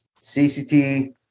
CCT